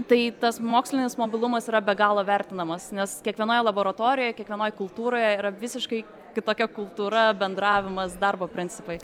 tai tas mokslinis mobilumas yra be galo vertinamas nes kiekvienoje laboratorijoje kiekvienoj kultūroje yra visiškai kitokia kultūra bendravimas darbo principai